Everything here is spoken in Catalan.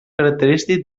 característic